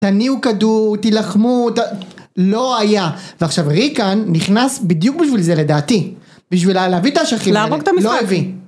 תניעו כדור, תילחמו, לא היה. ועכשיו ריקן נכנס בדיוק בשביל זה לדעתי. בשביל להביא את האשכים האלה, לא הביא.